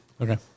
Okay